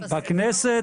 בכנסת